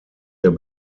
der